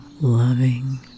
loving